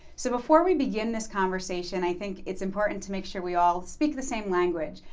so, before we begin this conversation, i think it's important to make sure we all speak the same language.